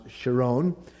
Sharon